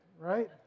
Right